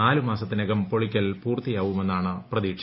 നാല് മാസത്തിനകം പൊളിക്കൽ പൂർത്തിയാവുമെന്നാണ് പ്രതീക്ഷ